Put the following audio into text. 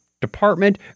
department